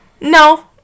No